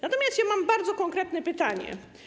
Natomiast ja mam bardzo konkretne pytanie.